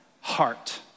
heart